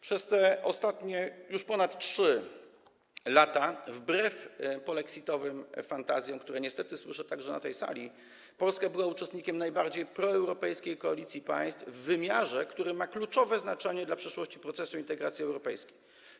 Przez te ostatnie już ponad 3 lata wbrew polexitowym fantazjom, o których niestety słyszę także na tej sali, Polska była uczestnikiem najbardziej proeuropejskiej koalicji państw w wymiarze, który ma kluczowe znaczenie dla przyszłości procesu integracji europejskiej.